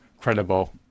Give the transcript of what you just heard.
credible